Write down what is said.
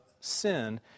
sin